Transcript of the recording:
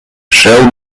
shall